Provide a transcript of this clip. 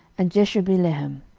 and jashubilehem.